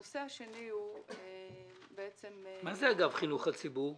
מה זה חינוך הציבור?